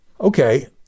Okay